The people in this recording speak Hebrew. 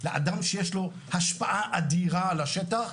לאדם שיש לו השפעה אדירה על השטח,